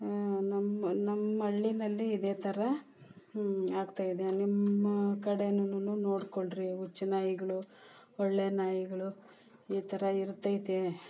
ನ ನಮ್ಮಳ್ಳಿಯಲ್ಲಿ ಇದೇ ಥರ ಆಗ್ತಾಯಿದೆ ನಿಮ್ಮ ಕಡೆನೂ ನೋಡ್ಕೊಳ್ರಿ ಹುಚ್ಚು ನಾಯಿಗಳು ಒಳ್ಳೆ ನಾಯಿಗಳು ಈ ಥರ ಇರ್ತೈತೆ